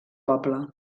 poble